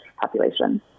population